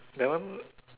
that one